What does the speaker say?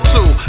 Two